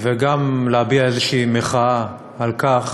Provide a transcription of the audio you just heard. גם להביע איזושהי מחאה על כך